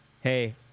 hey